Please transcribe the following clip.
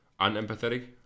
Unempathetic